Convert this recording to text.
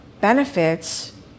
Benefits